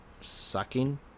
sucking